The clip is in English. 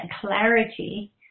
clarity